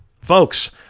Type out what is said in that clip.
Folks